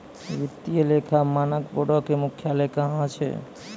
वित्तीय लेखा मानक बोर्डो के मुख्यालय कहां छै?